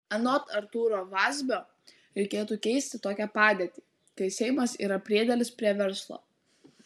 anot artūro vazbio reikėtų keisti tokią padėtį kai seimas yra priedėlis prie verslo